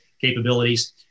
capabilities